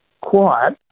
quiet